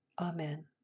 Amen